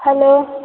hello